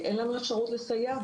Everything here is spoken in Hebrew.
אין לנו אפשרות לסייע.